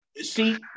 see